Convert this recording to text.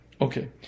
Okay